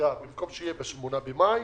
להסגה יהיה ב-8 במאי,